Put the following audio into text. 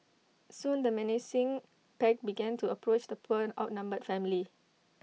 soon the menacing pack began to approach the poor outnumbered family